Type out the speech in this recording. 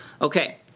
Okay